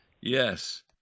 Yes